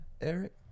Eric